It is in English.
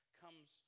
comes